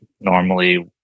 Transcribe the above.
normally